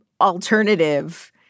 alternative